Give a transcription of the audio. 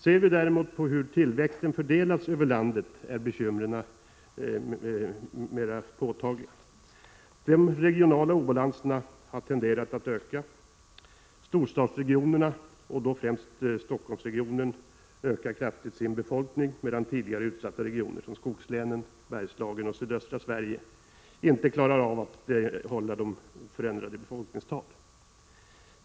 Ser vi däremot på hur tillväxten fördelats över landet är situationen mer bekymmersam. De regionala obalanserna har tenderat att återigen öka. Storstadsregionerna, och då främst Stockholmsregionen, ökar kraftigt sin befolkning medan tidigare utsatta regioner, som skogslänen, Bergslagen och sydöstra Sverige, inte klarar av att hålla ens oförändrade befolkningstal.